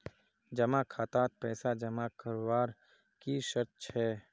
जमा खातात पैसा जमा करवार की शर्त छे?